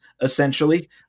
essentially